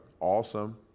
awesome